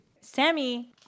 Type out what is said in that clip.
Sammy